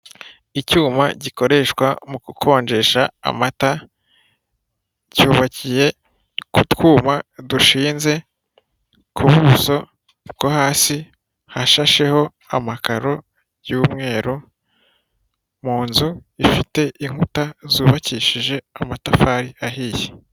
Icyuma gikoreshwa mu gukonjesha amata, cyubakiye ku twuma dushinze ku buso bwo hasi hashasheho amakaro y'umweru, mu nzu ifite inkuta zubakishije amatafari ahiye.